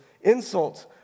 insults